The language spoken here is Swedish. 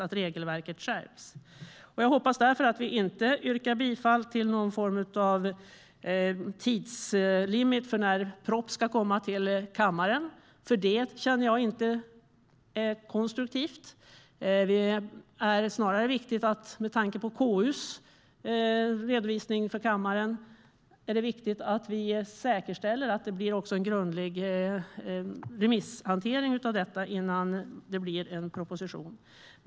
Jag hoppas därför att vi inte yrkar bifall till någon tidsgräns för när en proposition ska komma till kammaren, för det vore inte konstruktivt. Med tanke på KU:s redovisning för kammaren är det snarare viktigt att vi säkerställer att det blir en grundlig remisshantering innan det blir en proposition.